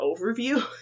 overview